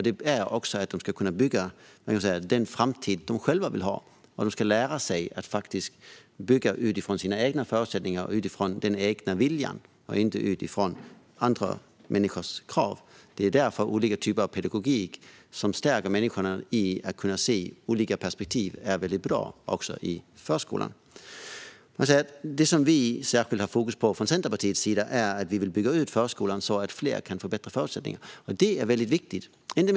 De ska kunna bygga den framtid de själva vill ha. De ska lära sig att bygga utifrån egna förutsättningar och den egna viljan, inte utifrån andra människors krav. Därför är olika typer av pedagogik som stärker människor att kunna se olika perspektiv väldigt bra även i förskolan. Det som vi har särskilt fokus på från Centerpartiets sida är att vi vill bygga ut förskolan, så att fler kan få bättre förutsättningar. Det är väldigt viktigt.